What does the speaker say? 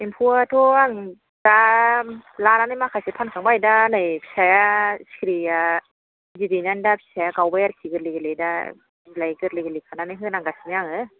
एम्फौआथ' आं दा लानानै माखासे फानखांबाय दा नै फिसाया सिखिरिया बिदै दैनानै दा फिसाया गावबाय आरोखि गोरलै गोरलै दा बिलाइ गोरलै गोरलै खानानै होनांगासिनो आङो